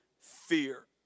fear